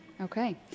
Okay